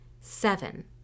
Seven